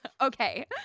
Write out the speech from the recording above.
Okay